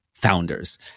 Founders